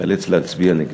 איאלץ להצביע נגדו.